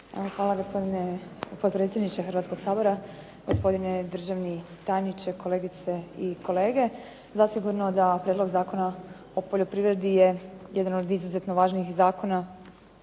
Hvala gospodine potpredsjedniče Hrvatskog sabora. Gospodine državni tajniče, kolegice i kolege. Zasigurno da Prijedlog Zakona o poljoprivredi je jedan od izuzetno važnih zakona